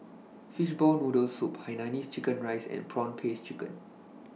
Fishball Noodle Soup Hainanese Chicken Rice and Prawn Paste Chicken